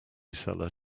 seller